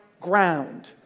ground